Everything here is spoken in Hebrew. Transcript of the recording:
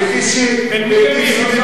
האוכלוסייה הערבית,